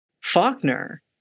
Faulkner